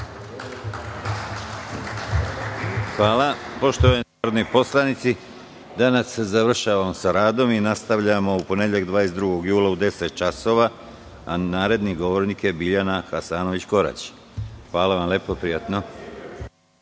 Hvala. Poštovani narodni poslanici, danas završavamo sa radom i nastavljamo u ponedeljak 22. jula u 10.00 časova. Naredni govornik je Biljana Hasanović Korać. Hvala vam lepo. Prijatno.